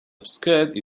obscured